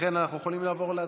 ולכן אנחנו יכולים לעבור להצבעה.